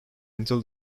until